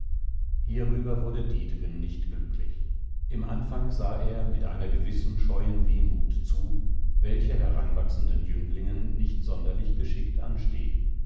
hierüber wurde dietegen nicht glücklich im anfang sah er mit einer gewissen scheuen wehmut zu welche heranwachsenden jünglingen nicht sonderlich geschickt ansteht